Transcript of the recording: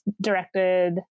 directed